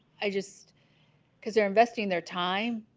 i? just because they're investing their time,